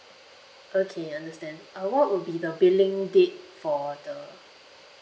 okay understand uh what would be the billing date for the